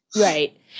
Right